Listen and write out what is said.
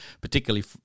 particularly